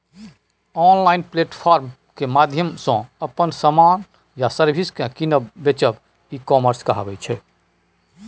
online platform केर माध्यमसँ अपन समान या सर्विस केँ कीनब बेचब ई कामर्स कहाबै छै